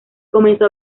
comenzó